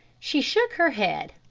she shook her head.